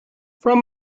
from